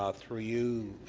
ah through you